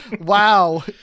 Wow